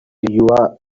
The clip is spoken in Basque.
zigilua